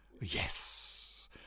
Yes